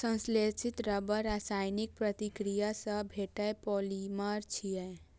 संश्लेषित रबड़ रासायनिक प्रतिक्रिया सं भेटल पॉलिमर छियै